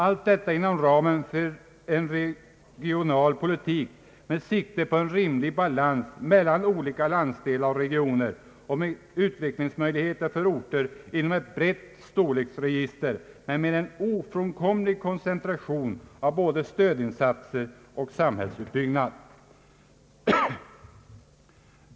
Allt detta inom ramen för en regional politik med sikte på en rimlig balans mellan olika landsdelar och regioner och med utvecklingsmöjligheter för orter inom ett brett storleksregister men med en ofrånkomlig koncentration av både stödinsatser och samhällsutbyggnad.